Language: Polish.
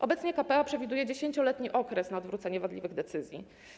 Obecnie k.p.a. przewiduje 10-letni okres na odwrócenie wadliwych decyzji.